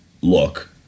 Look